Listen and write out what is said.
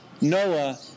Noah